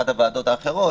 אחת הוועדות האחרות,